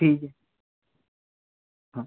ठीक है हाँ